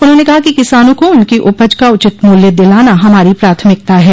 उन्होंने कहा कि किसानों को उनकी उपज का उचित मूल्य दिलाना हमारी प्राथमिकता है